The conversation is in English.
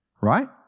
right